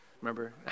Remember